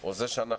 או זה שאנחנו